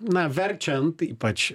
na verčiant ypač